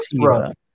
right